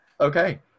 Okay